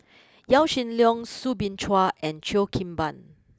Yaw Shin Leong Soo Bin Chua and Cheo Kim Ban